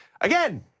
again